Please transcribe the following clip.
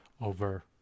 over